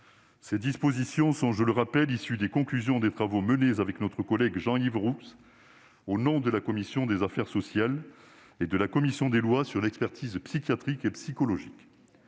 Ces dispositions sont, je le rappelle, issues des conclusions des travaux menés avec notre collègue Jean-Yves Roux au nom de la commission des affaires sociales et de la commission des lois sur l'expertise psychiatrique et psychologique.